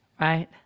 right